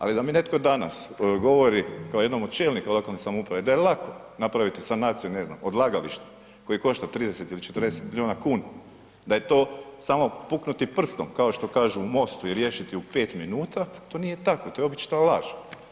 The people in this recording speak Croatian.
Ali da mi netko danas govori kao jednom od čelnika lokalne samouprave da je lako napraviti sanaciju ne znam odlagališta koje košta 30 ili 40 miliona kuna, da je to samo puknuti prstom kao što kažu u MOSTU i riješiti u 5 minuta, to nije tako, to je obična laž.